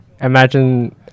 imagine